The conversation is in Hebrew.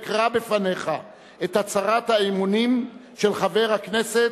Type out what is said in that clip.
אקרא בפניך את הצהרת האמונים של חבר הכנסת,